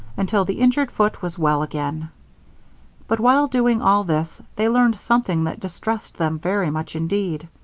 until the injured foot was well again but while doing all this they learned something that distressed them very much, indeed.